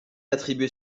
attribuée